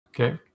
Okay